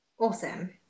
Awesome